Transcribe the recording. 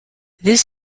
this